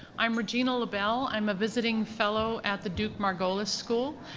i'm regina labelle, i'm a visiting fellow at the duke-margolis school,